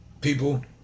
people